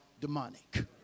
demonic